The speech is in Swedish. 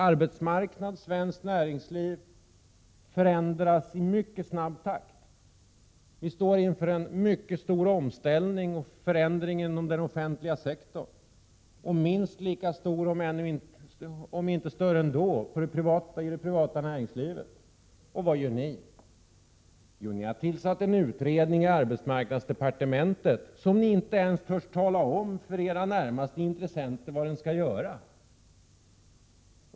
Arbetsmarknaden, det svenska näringslivet, förändras i mycket snabb takt. Vi står inför en stor omställning, en stor förändring, inom den offentliga sektorn, och minst lika stor — om inte större ändå — blir omställningen för det privata näringslivet. Och vad gör ni? Ni har tillsatt en utredning i arbetsmarknadsdepartementet, och ni törs inte ens tala om för era närmaste intressenter vad den skall göra.